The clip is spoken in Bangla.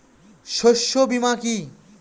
শস্য বীমা কি?